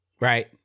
Right